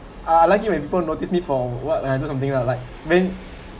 I like it when people notice me for what when I do something lah like mean